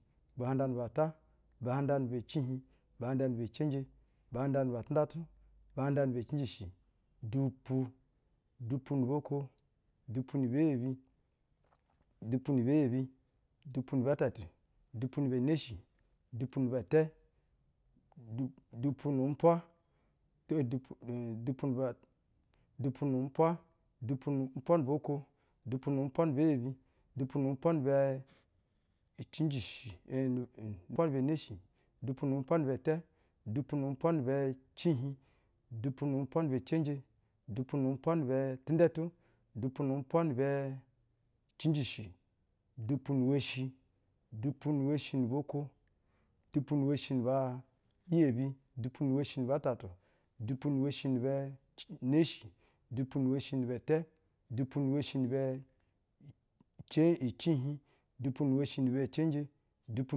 Buhaŋda-ni-bɛ-tɛ, buhaŋda-ni-bɛ-ciihiŋ, buhaŋda-ni-bɛ-cenje, buhaŋda-ni-bɛ-tɛndɛtu, buhaŋda-ni-bɛ-ciijishi, dupu. Dupu-nu-boo-ko, dupu-ni-bɛ-iyebi, dupu-ni-bɛ-iyebi, dupu-ni-bɛ-tɛtu, dupu-ni-bɛ-neshi, dupu-ni-bɛ-tɛ, du, dupu-nu-umpwa. To, dupu, en, dupu-ni-bɛ, dupu-nu-umpwa. Dupu-nu-upwa-nu-boo-ko, dupu-nu-umpwa-ni-bɛ-iyebi, dupu-nu-umpwa-ni-bɛ-icinjishi, em ni-umpwa-ni-bɛ-neshi, dupu-nu-umpwa-ni-bɛ-tɛ, dupu-nu-umpwa-ni-bɛ-ciihiŋ, dupu-nu-umpwa-ni-bɛ, dupu-nu-umpwa-ni-bɛ-tɛndɛtu, dupu-nu-umpwa-ni-bɛ-cinjishi dupu-nu-woshi. Dupu-nu-woshi-nu-boo-ko, dupu-ba-utatu, dupu-nu-woshi-ni-bɛ-ci-neshi dupu-nu-woshi-ni-bɛ-tɛ, dupu-nu-woshi-ni-bɛ-ce, icihiŋ, dupu-nu-woshi-ni-bɛ-cenje, dupu.